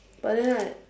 but then like